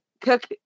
cook